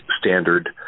standard